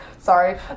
Sorry